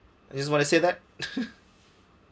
I just want to say that